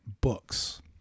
books